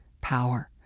power